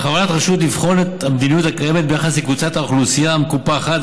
בכוונת הרשות לבחון את המדיניות הקיימת ביחס לקבוצת האוכלוסייה המקופחת,